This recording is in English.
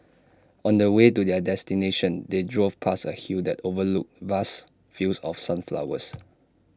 on the way to their destination they drove past A hill that overlooked vast fields of sunflowers